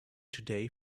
today